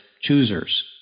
choosers